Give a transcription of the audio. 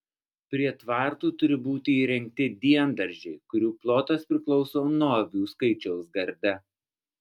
prie tvartų turi būti įrengti diendaržiai kurių plotas priklauso nuo avių skaičiaus garde